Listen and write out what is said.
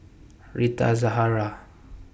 Rita Zahara